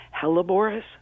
Helleborus